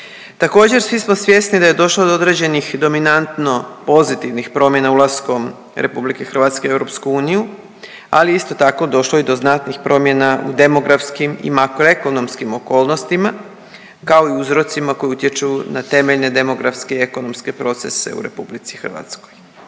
Također, svi smo svjesni da je došlo do određenih dominantno pozitivnih promjena ulaskom RH u EU, ali isto tako, došlo i do znatnih promjena u demografskim i makroekonomskim okolnostima, kao i uzrocima koji utječu na temeljne demografske i ekonomske procese u RH. Ova Strategija